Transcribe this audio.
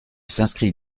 s’inscrit